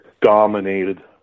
dominated